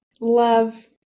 love